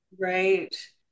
Right